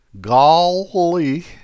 golly